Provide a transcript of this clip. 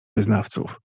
wyznawców